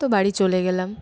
তো বাড়ি চলে গেলাম